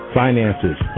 finances